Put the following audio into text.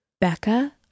Becca